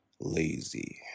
lazy